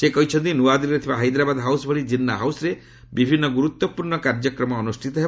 ସେ କହିଛନ୍ତି ନୂଆଦିଲ୍ଲୀରେ ଥିବା ହାଇଦ୍ରାବାଦ୍ ହାଉସ୍ ଭଳି ଜିନ୍ନା ହାଉସ୍ରେ ବିଭିନ୍ନ ଗୁରୁତ୍ୱପୂର୍ଣ୍ଣ କାର୍ଯ୍ୟକ୍ରମ ଅନୁଷ୍ଠିତ ହେବ